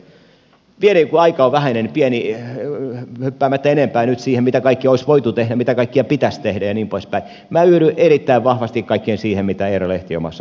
vielä kun aikaa on vähäinen niin hyppäämättä enempää nyt siihen mitä kaikkea olisi voitu tehdä mitä kaikkea pitäisi tehdä ja niin poispäin minä yhdyn erittäin vahvasti kaikkeen siihen mitä eero lehti omassa puheenvuorossaan täällä sanoi